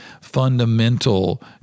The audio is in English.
fundamental